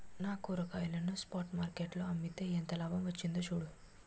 నా కూరగాయలను spot market లో అమ్మితే ఎంత లాభం వచ్చిందో చూడు